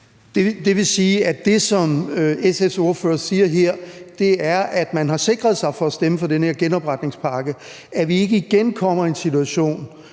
Det vil sige, at det, som SF's ordfører siger her, er, at man for at stemme for den her genopretningspakke har sikret sig, at vi ikke igen kommer i en situation,